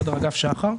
אגף שח"ר,